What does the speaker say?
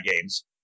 games